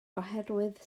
oherwydd